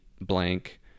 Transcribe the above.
blank